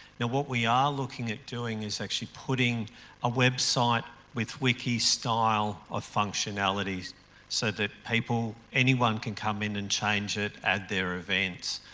now, what we are looking at doing is actually putting a website with wiki style of functionalities so that people, anyone can come in and change it, add their events.